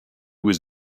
was